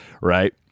right